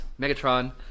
Megatron